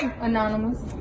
Anonymous